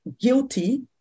guilty